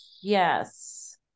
Yes